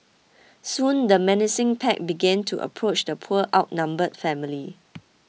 soon the menacing pack began to approach the poor outnumbered family